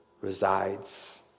resides